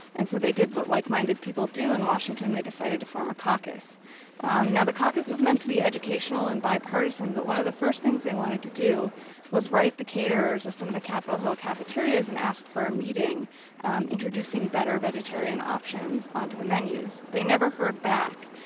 and so they did what like-minded people do in washington they decided to form a caucus and the caucus was meant to be educational and bipartisan, but one of the first things they wanted to do was write the caterers of some of the capitol hill cafeterias and ask for a meeting introducing better vegetarian options onto the menus they never heard back,